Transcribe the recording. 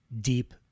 deep